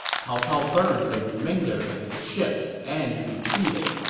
cao cao burned the remainder of his ships and retreated.